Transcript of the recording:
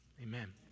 Amen